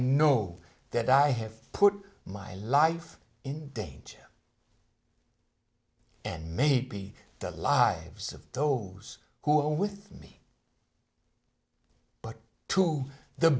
know that i have put my life in danger and maybe the lives of those who are with me but to the